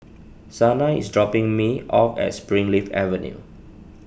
Sanai is dropping me off at Springleaf Avenue